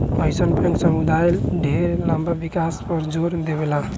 अइसन बैंक समुदाय ढेर लंबा विकास पर जोर देवेला